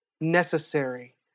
necessary